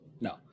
no